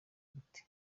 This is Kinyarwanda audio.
gute